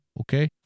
Okay